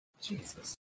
Jesus